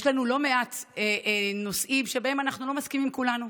יש לנו לא מעט נושאים שבהם אנחנו לא מסכימים כולנו,